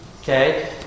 Okay